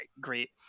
great